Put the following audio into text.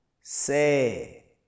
Say